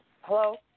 Hello